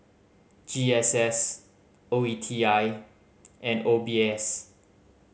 G S S O E T I and O B S